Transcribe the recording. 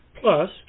Plus